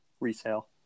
resale